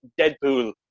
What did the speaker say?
Deadpool